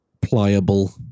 pliable